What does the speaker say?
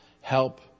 help